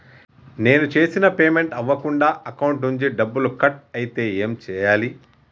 నేను చేసిన పేమెంట్ అవ్వకుండా అకౌంట్ నుంచి డబ్బులు కట్ అయితే ఏం చేయాలి?